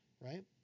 right